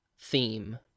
theme